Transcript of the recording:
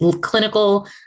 clinical